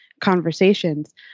conversations